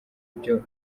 byo